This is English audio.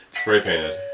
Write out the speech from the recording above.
spray-painted